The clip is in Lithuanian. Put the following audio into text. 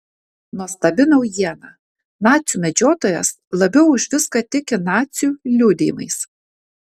nuostabi naujiena nacių medžiotojas labiau už viską tiki nacių liudijimais